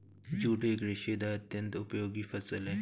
jute एक रेशेदार अत्यन्त उपयोगी फसल है